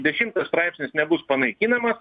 dešimtas straipsnis nebus panaikinamas